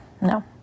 No